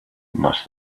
must